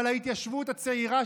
אבל ההתיישבות הצעירה,